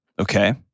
Okay